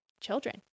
children